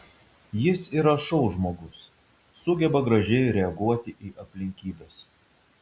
jis yra šou žmogus sugeba gražiai reaguoti į aplinkybes